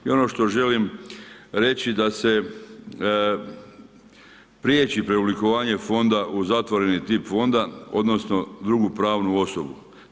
I ono što želim reći da se prijeći preoblikovanje Fonda u zatvoreni tip Fonda odnosno drugu pravnu osobu.